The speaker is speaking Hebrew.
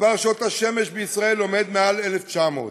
מספר שעות השמש בישראל עומד על מעל 1,900,